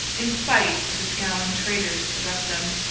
in spite of the scowling traders about them.